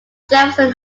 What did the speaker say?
jefferson